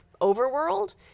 overworld